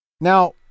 Now